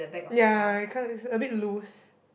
ya I can't is a bit loose